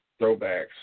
throwbacks